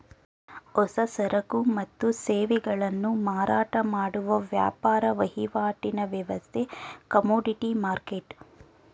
ಹೊಸ ಸರಕು ಮತ್ತು ಸೇವೆಗಳನ್ನು ಮಾರಾಟ ಮಾಡುವ ವ್ಯಾಪಾರ ವಹಿವಾಟಿನ ವ್ಯವಸ್ಥೆ ಕಮೋಡಿಟಿ ಮರ್ಕೆಟ್